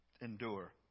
Endure